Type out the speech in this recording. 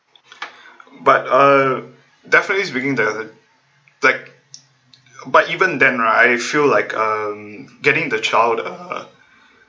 but uh definitely speaking the like but even then right I feel like um getting the child uh